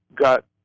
got